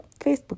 Facebook